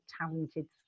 talented